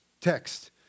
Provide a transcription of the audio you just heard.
text